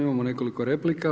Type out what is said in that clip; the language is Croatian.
Imamo nekoliko replika.